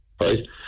right